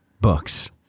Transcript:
books